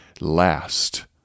last